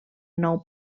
nou